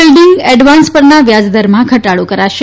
building advance પરના વ્યાજદરમાં ઘટાડો કરાશે